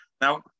Now